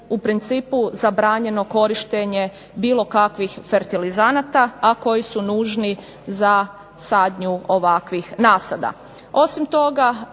u principu zabranjeno korištenje bilo kakvih fertilizanata a koji su nužni za sadnju ovakvih nasada. Osim toga,